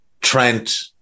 Trent